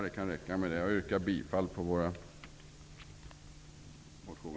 Jag yrkar bifall till min reservation.